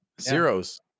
Zeros